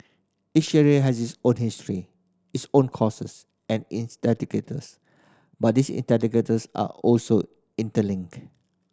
each area has its own history its own causes and instigators but these instigators are also interlinked